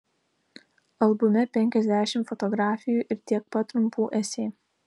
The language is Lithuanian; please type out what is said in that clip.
albume penkiasdešimt fotografijų ir tiek pat trumpų esė